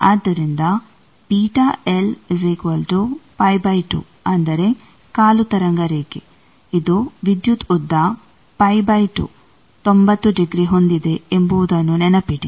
ಆದ್ದರಿಂದ ಅಂದರೆ ಕಾಲು ತರಂಗ ರೇಖೆ ಇದು ವಿದ್ಯುತ್ ಉದ್ದ 90 ಡಿಗ್ರಿ ಹೊಂದಿದೆ ಎಂಬುದನ್ನು ನೆನಪಿಡಿ